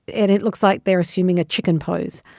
it it looks like they're assuming a chicken pose.